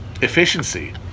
efficiency